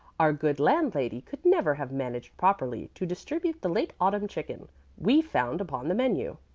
our good landlady could never have managed properly to distribute the late autumn chicken we found upon the menu.